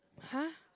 !huh!